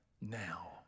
now